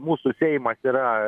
mūsų seimas yra